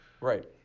right